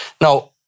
Now